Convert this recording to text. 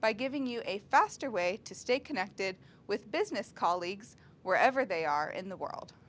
by giving you a faster way to stay connected with business colleagues were ever they are in the world